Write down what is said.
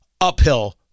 uphill